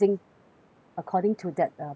according to that uh payment mode